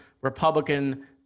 Republican